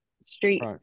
street